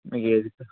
మీకు ఏది